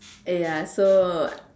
ya so